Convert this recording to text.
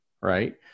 right